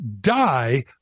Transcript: die